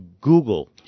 Google